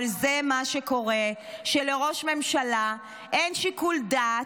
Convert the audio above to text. אבל זה מה שקורה כשלראש ממשלה אין שיקול דעת,